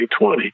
2020